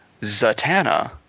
Zatanna